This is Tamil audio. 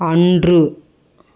அன்று